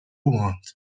want